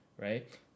right